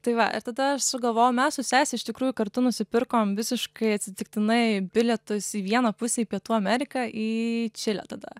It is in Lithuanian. tai va tada aš sugalvojau mes su sese iš tikrųjų kartu nusipirkom visiškai atsitiktinai bilietus į vieną pusę į pietų ameriką į čilę tada